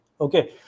Okay